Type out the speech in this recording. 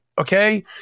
Okay